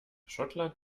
schottland